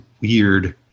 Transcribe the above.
weird